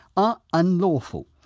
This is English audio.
are unlawful.